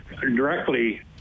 directly